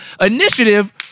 initiative